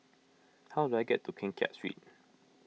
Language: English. how do I get to Keng Kiat Street